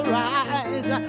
rise